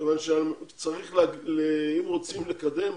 כיוון שאם רוצים לקדם,